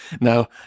Now